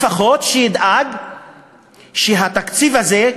לפחות שידאג שהתקציב הזה,